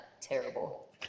terrible